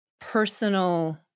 personal